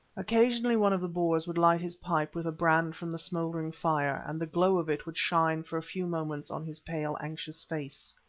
occasionally one of the boers would light his pipe with a brand from the smouldering fire, and the glow of it would shine for a few moments on his pale, anxious face.